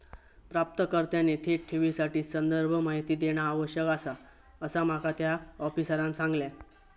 प्राप्तकर्त्याने थेट ठेवीसाठी संदर्भ माहिती देणा आवश्यक आसा, असा माका त्या आफिसरांनं सांगल्यान